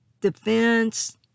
defense